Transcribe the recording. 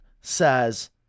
says